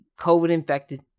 COVID-infected